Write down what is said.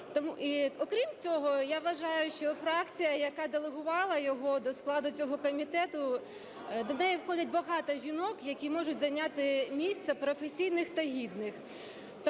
окрім цього, я вважаю, що фракція, яка делегувала його до складу цього комітету, до неї входять багато жінок, які можуть зайняти місце, професійних та гідних.